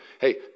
Hey